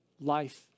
life